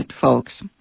folks